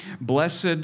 Blessed